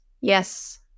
yes